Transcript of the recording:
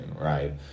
right